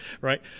Right